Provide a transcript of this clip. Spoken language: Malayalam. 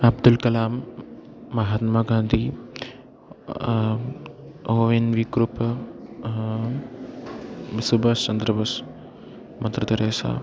Abdul Kalam Mahatma Gandhi oh N V Kurup Subhash Chandrabose mother Teresa